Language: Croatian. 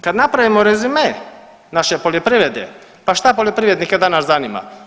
Kad napravimo rezime naše poljoprivrede pa šta poljoprivrednike danas zanima?